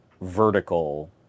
vertical